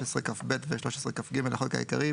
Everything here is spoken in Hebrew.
13כב ו-13כג לחוק העיקרי,